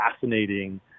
fascinating